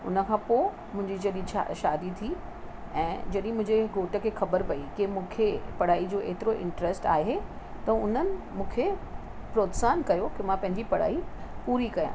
हुनखां पोइ मुंहिंजी जॾहिं शा शादी थी ऐं जॾहिं मुंहिंजे घोट खे ख़बर पेई के मूंखे पढ़ाई जो एतिरो इंट्रस्ट आहे त उन्हनि मूंखे प्रोत्साहन कयो के मां पंहिंजी पढ़ाई पूरी कयां